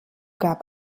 gab